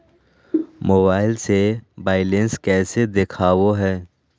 Mobile से balance कैसे देखाबो है?